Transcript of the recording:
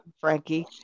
Frankie